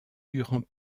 durant